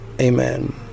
Amen